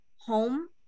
home